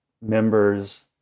members